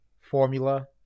formula